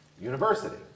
University